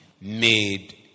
made